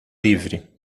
livre